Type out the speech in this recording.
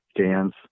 dance